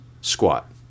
squat